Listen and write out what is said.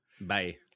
Bye